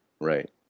Right